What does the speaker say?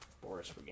Boris